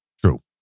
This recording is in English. True